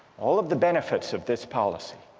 all of the benefits of this policy